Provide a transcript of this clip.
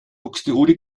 buxtehude